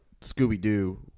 scooby-doo